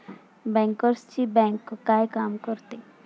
बँकर्सची बँक काय काम करते?